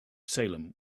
salem